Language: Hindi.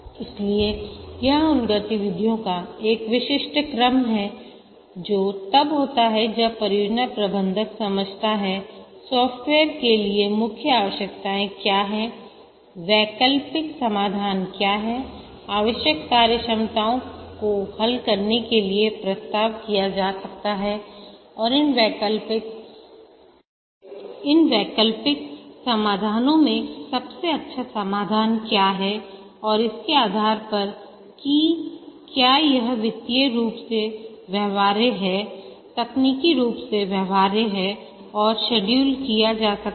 इसलिए यह उन गतिविधियों का एक विशिष्ट क्रम है जो तब होता है जब परियोजना प्रबंधक समझता है सॉफ़्टवेयर के लिए मुख्य आवश्यकताएं क्या हैं वैकल्पिक समाधान क्या हैं आवश्यक कार्यक्षमताओं को हल करने के लिए प्रस्तावित किया जा सकता है और इन वैकल्पिक कार्यात्मकताओं में से प्रत्येक के लिए लागत क्या है इन वैकल्पिक समाधानों में सबसे अच्छा समाधान क्या है और इसके आधार पर कि क्या यह वित्तीय रूप से व्यवहार्य है तकनीकी रूप से व्यवहार्य है और शेड्यूल किया जा सकता है